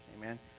amen